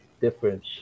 different